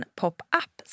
pop-up